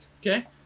Okay